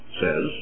says